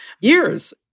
years